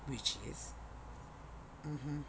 which is mmhmm